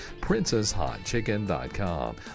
princesshotchicken.com